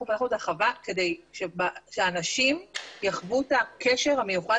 אנחנו פתחנו את החווה כדי שאנשים יחוו את הקשר המיוחד